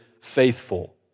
faithful